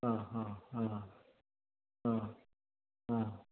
ആ ഹ ആ ആ ആ